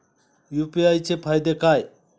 UPI चे फायदे काय?